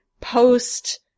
post-